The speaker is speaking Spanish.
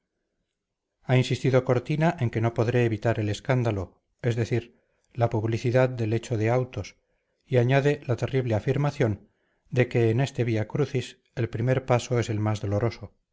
ha insistido cortina en que no podré evitar él escándalo es decir la publicidad del hecho de autos y añade la terrible afirmación de que en este vía crucis el primer paso es el más doloroso